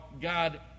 God